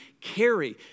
carry